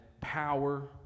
power